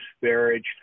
disparaged